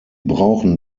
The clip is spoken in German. brauchen